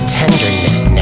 tenderness